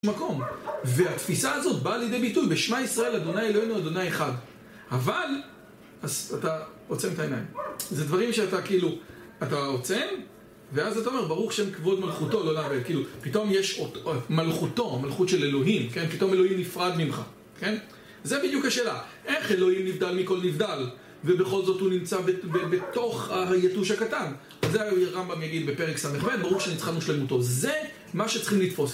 והתפיסה הזאת באה לידי ביטוי ב-"שמע ישראל אדוני אלוהינו אדוני אחד" אבל, אז אתה עוצם את העיניים זה דברים שאתה כאילו, אתה עוצם ואז אתה אומר "ברוך שם כבוד מלכותו, לעולם ועד" כאילו, פתאום יש מלכותו, מלכות של אלוהים, כן? פתאום אלוהים נפרד ממך, כן? זה בדיוק השאלה, איך אלוהים נבדל מכל נבדל ובכל זאת הוא נמצא בתוך היתוש הקטן זה הרמב"ם יגיד בפרק ס"ב ברוך שניצחנו שלמותו זה מה שצריכים לתפוס